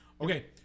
okay